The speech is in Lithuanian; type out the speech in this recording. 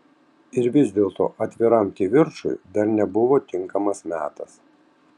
ir vis dėlto atviram kivirčui dabar nebuvo tinkamas metas